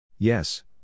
Yes